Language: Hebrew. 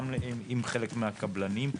גם עם חלק מהקבלנים,